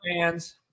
fans